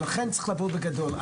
ולכן צריך לבוא בגדול.